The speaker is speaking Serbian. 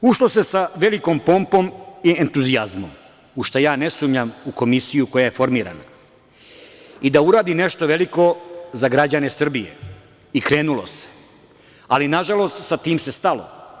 Ušlo se sa velikom pompom i entuzijazmom, u šta ja ne sumnjam u Komisiju koja je formirana, da uradi nešto veliko za građane Srbije i krenulo se, ali nažalost, sa tim se stalo.